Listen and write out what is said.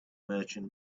merchant